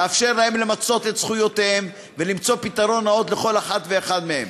לאפשר להם למצות את זכויותיהם ולמצוא פתרון נאות לכל אחת ואחד מהם.